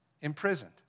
imprisoned